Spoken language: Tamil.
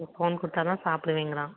ஃபோன் கொடுத்தா தான் சாப்பிடுவேங்கிறான்